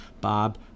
Bob